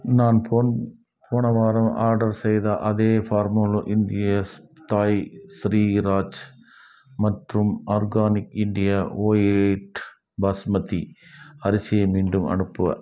நான் போன் போன வாரம் ஆர்டர் செய்த அதே பார்லே தாய் ஸ்ரீராஜ் மற்றும் ஆர்கானிக் இந்தியா ஒயிட் பாஸ்மதி அரிசியை மீண்டும் அனுப்புலை